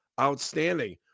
outstanding